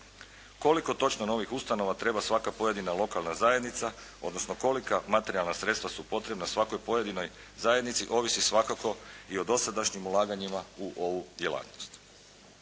Koliko točno ovih ustanova treba svaka pojedina lokalna zajednica, odnosno koliko materijalna sredstva su potrebna svakoj pojedinoj zajednici ovisi svakako i o dosadašnjim ulaganjima u ovu djelatnost.